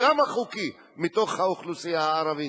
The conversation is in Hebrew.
גם החוקי, מתוך האוכלוסייה הערבית.